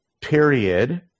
period